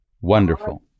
Wonderful